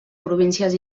províncies